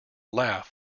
laugh